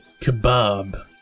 kebab